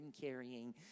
carrying